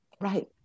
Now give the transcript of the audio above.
Right